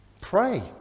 Pray